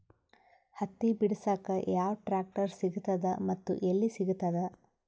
ಹತ್ತಿ ಬಿಡಸಕ್ ಯಾವ ಟ್ರಾಕ್ಟರ್ ಸಿಗತದ ಮತ್ತು ಎಲ್ಲಿ ಸಿಗತದ?